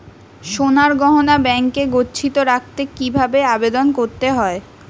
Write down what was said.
সোনার গহনা ব্যাংকে গচ্ছিত রাখতে কি ভাবে আবেদন করতে হয়?